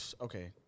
Okay